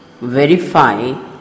verify